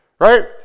right